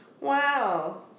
Wow